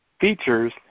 features